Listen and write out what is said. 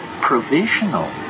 provisional